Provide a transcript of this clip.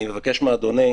אני מבקש מאדוני